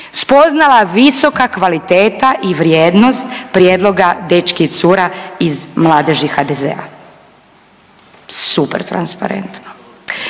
spoznala visoka kvaliteta i vrijednost prijedloga dečki i cura iz mladeži HDZ-a. Super transparentno.